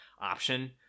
option